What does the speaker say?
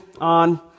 on